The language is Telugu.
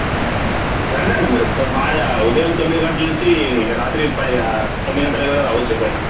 రండన్న మీరు ఉదయం తొమ్మిది గంటల నుంచి ఇంకా రాత్రి పది తొమ్మిది గంటల వరకు రావచ్చు ఎప్పుడైనా